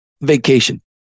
vacation